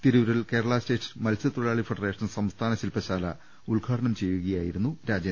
തിരൂരിൽ കേരള സ്റ്റേറ്റ് മത്സ്യത്തൊഴിലാളി ഫെഡറ്റേഷൻ സംസ്ഥാന ശില്പശാല ഉദ്ഘാടനം ചെയ്യുകയായിരുന്നു അദ്ദേഹം